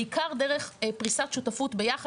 בעיקר דרך פריסת שותפות ביחד.